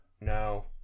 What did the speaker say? no